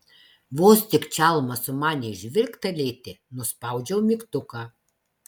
vos tik čalma sumanė žvilgtelėti nuspaudžiau mygtuką